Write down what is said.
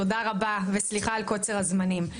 תודה רבה וסליחה על קוצר הזמנים.